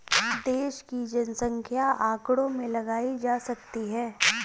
देश की जनसंख्या आंकड़ों से लगाई जा सकती है